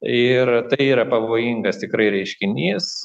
ir tai yra pavojingas tikrai reiškinys